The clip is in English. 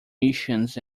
missions